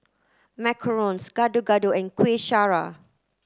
Macarons Gado Gado and Kueh Syara